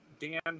Dan